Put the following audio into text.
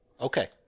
Okay